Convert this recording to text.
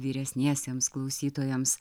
vyresniesiems klausytojams